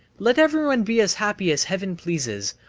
let everyone be as happy as heaven pleases,